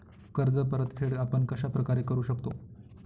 कर्ज परतफेड आपण कश्या प्रकारे करु शकतो?